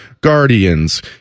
Guardians